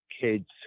kids